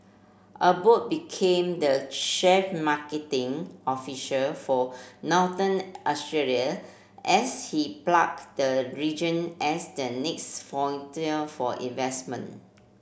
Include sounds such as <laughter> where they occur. Abbott became the chef marketing officer for Northern Australia as he plugged the region as the next <unintelligible> for investment